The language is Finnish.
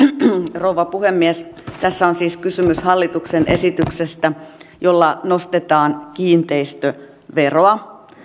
rouva puhemies tässä on siis kysymys hallituksen esityksestä jolla nostetaan kiinteistöveroa